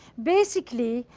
basically,